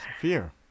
fear